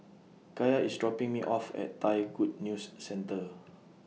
Kaia IS dropping Me off At Thai Good News Centre